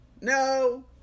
no